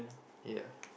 ya